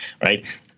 right